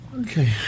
Okay